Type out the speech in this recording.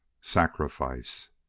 Sacrifice